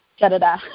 da-da-da